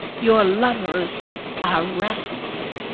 your lover's are rats,